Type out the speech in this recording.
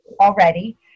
already